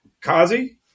Kazi